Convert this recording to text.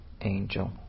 angel